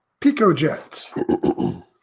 PicoJet